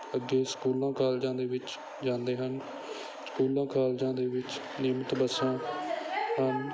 ਅੱਗੇ ਸਕੂਲਾਂ ਕਾਲਜਾਂ ਦੇ ਵਿੱਚ ਜਾਂਦੇ ਹਨ ਸਕੂਲਾਂ ਕਾਲਜਾਂ ਦੇ ਵਿੱਚ ਨਿਯਿਮਤ ਬੱਸਾਂ ਹਨ